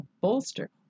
bolster